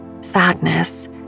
sadness